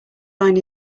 line